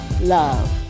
love